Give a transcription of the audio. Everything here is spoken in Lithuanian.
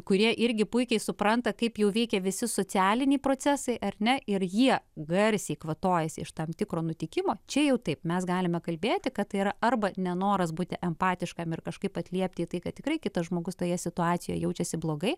kurie irgi puikiai supranta kaip jau veikė visi socialiniai procesai ar ne ir jie garsiai kvatojasi iš tam tikro nutikimo čia jau taip mes galime kalbėti kad tai yra arba nenoras būti empatiškam ir kažkaip atliepti į tai kad tikrai kitas žmogus toje situacijoje jaučiasi blogai